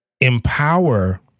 Empower